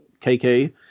KK